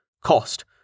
Cost